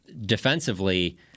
Defensively